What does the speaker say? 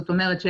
זאת אומרת,